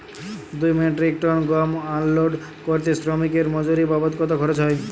দুই metric ton গম unload করতে শ্রমিক এর মজুরি বাবদ কত খরচ হয়?